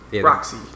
Roxy